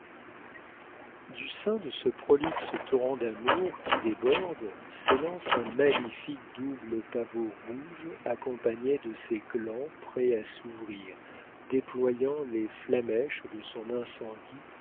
du sein de ce prolixe torrent d'amour qui déborde s'élance un magnifique double pavot rouge accompagné de ses glands prêts à s'ouvrir déployant les flammèches de son incendie